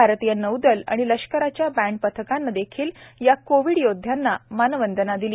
भारतीय नौदल आणि लष्कराच्या बँड पथकानं देखील या कोविड योध्यांना मानवंदना दिली